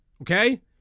okay